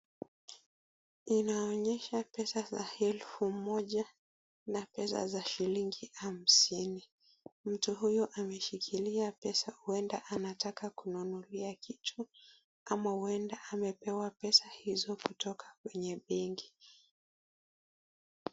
Inaonyesha pesa za elfu moja na pesa za shilingi hamsini. Mtu huyu ameshikilia pesa huenda anataka kununulia kitu ama huenda amepewa pesa hizo kutoka kwenye benki.